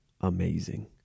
Amazing